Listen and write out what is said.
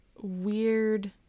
weird